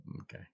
Okay